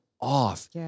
off